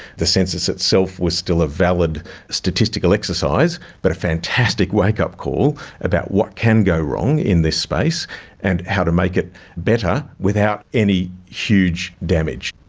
the census itself was still a valid statistical exercise, but a fantastic wakeup call about what can go wrong in this space and how to make it better without any huge damage.